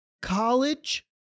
college